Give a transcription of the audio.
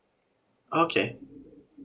okay